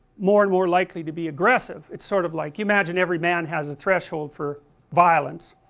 more and more likely to be aggressive, it's sort of like, you imagine every man has a threshold for violence,